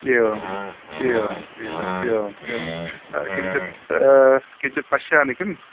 एवम् एवम् एवम् एवम् एवं किञ्चित् किञ्चित् पश्यामि किम्